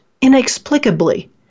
inexplicably